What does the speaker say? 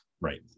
Right